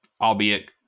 albeit